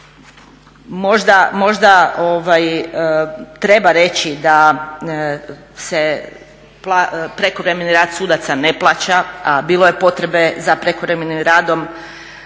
Možda treba reći da se prekovremeni rad sudaca ne plaća a bilo je potrebe za prekovremenim radom